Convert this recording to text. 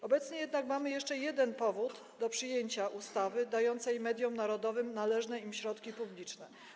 Obecnie jednak mamy jeszcze jeden powód do przyjęcia ustawy dającej mediom narodowym należne im środki publiczne.